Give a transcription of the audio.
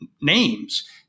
names